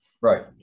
right